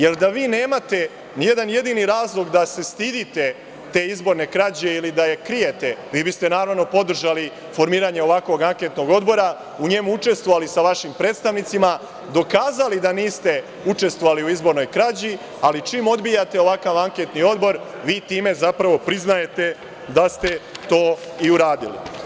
Jer, da vi nemate ni jedan jedini razlog da se stidite te izborne krađe ili da je krijete, vi bi ste naravno podržali formiranje ovakvog anketnog odbora, u njemu učestvovali sa vašim predstavnicima, dokazali da niste učestvovali u izbornoj krađi, ali čim odbijate ovakav anketni odbor, vi time zapravo priznajete da ste to i uradili.